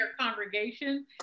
congregation